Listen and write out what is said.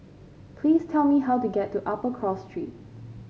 please tell me how to get to Upper Cross Street